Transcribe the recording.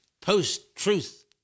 post-truth